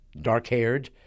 Dark-haired